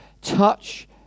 touch